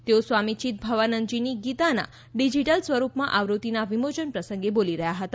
તેઓ સ્વામી ચિદભવાનંદજીની ગીતાના ડિજીટલ સ્વરૂપમાં આવૃત્તિના વિમોચન પ્રસંગે બોલી રહ્યા હતા